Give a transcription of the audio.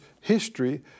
history